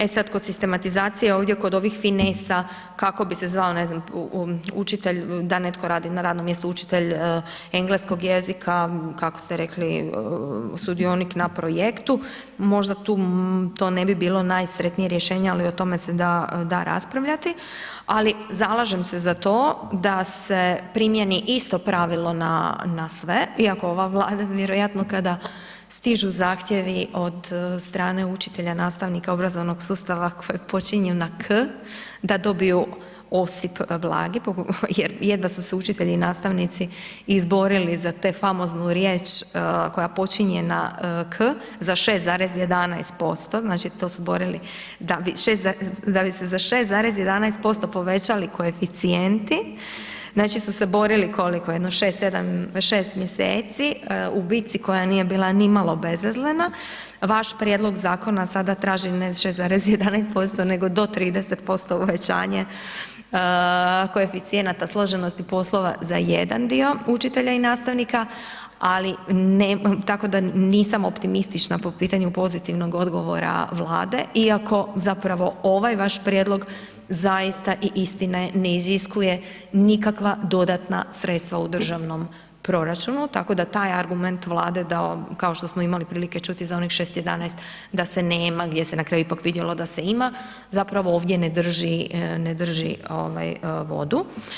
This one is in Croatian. E sad kod sistematizacije ovdje kod ovih finesa kako bi se zvao, ne znam, učitelj da netko radi na radnom mjestu učitelj engleskog jezika, kako ste rekli, sudionik na projektu, možda tu to ne bi bilo najsretnije rješenje, ali o tome se da, da raspravljati, ali zalažem se za to da se primjeni isto pravilo na, na sve iako ova Vlada vjerojatno kada stižu zahtjevi od strane učitelja, nastavnika obrazovnog sustava koji počinju na K da dobiju osip blagi jer jedva su se učitelji i nastavnici izborili za te famoznu riječ koja počinje na K, za 6,11%, znači to su izborili da bi se za 6,11% povećali koeficijenti, znači su se borili, koliko, jedno 6-7, 6. mjeseci u bitci koja nije bila nimalo bezazlena, vaš prijedloga zakona sada traži ne 6,11% nego do 30% uvećanje koeficijenata složenosti poslova za jedan dio učitelja i nastavnika, ali, tako da nisam optimistična po pitanju pozitivnog odgovora Vlade iako zapravo ovaj prijedlog i istine ne iziskuje nikakva dodatna sredstva u državnom proračunu, tako da taj argument Vlada da kao što smo imali prilike čuti za onih 6 11 da se nema gdje se na kraju ipak vidjelo da se ime zapravo ovdje ne drži, ne drži ovaj vodu.